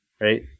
right